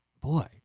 boy